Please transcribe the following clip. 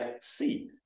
see